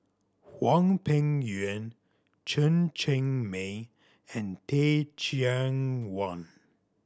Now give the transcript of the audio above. Hwang Peng Yuan Chen Cheng Mei and Teh Cheang Wan